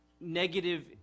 negative